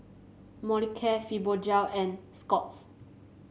Molicare Fibogel and Scott's